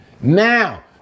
Now